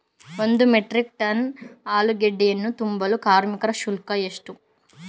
ಒಂದು metric ton ಆಲೂಗೆಡ್ಡೆಯನ್ನು ತುಂಬಲು ಕಾರ್ಮಿಕರ ಶುಲ್ಕ ಎಷ್ಟು?